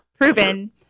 proven